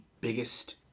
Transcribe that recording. biggest